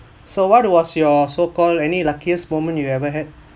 so what was your so call any luckiest moment you've ever had